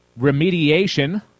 remediation